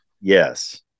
Yes